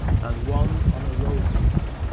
and one on a road vehicle,